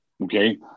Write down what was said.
Okay